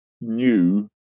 new